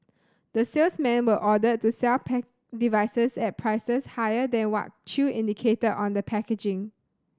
the salesmen were ordered to sell devices at prices higher than what Chew indicated on the packaging